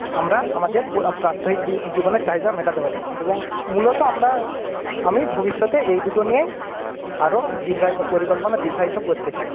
আমরা আমাদের প্র প্রাত্যহিক দি জীবনের চাহিদা মেটাতে পারি এবং মূলত আমরা আমি ভবিষ্যতে এই দুটো নিয়েই আরও দীর্ঘায়ি পরিকল্পনা দীর্ঘায়িত করতে চাই